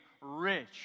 rich